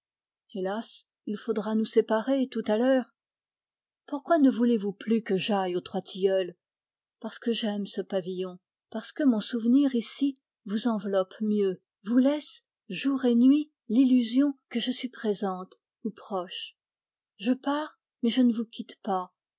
hélas il faudra nous séparer tout à l'heure pourquoi ne voulez-vous plus que j'aille aux troistilleuls parce que j'aime ce pavillon parce que mon souvenir ici vous enveloppe mieux vous laisse jour et nuit l'illusion que je suis présente ou proche je pars mais je ne vous quitte pas